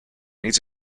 needs